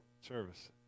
service